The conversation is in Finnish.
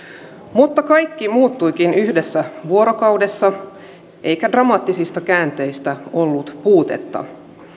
mutta kaikki muuttuikin yhdessä vuorokaudessa eikä dramaattisista käänteistä ollut puutetta